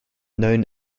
known